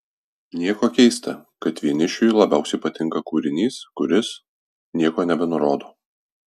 nieko keista kad vienišiui labiausiai patinka kūrinys kuris nieko nebenurodo